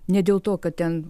ne dėl to kad ten